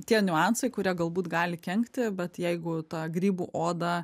tie niuansai kurie galbūt gali kenkti bet jeigu tą grybų odą